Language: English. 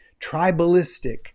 tribalistic